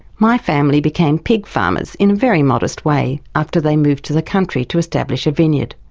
my family became pig farmers in a very modest way after they moved to the country to establish a vineyard.